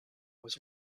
was